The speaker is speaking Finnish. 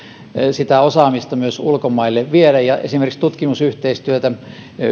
sitä osaamista myös ulkomaille viedä ja esimerkiksi tutkimusyhteistyötä